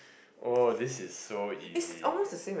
oh this is so easy